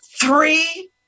three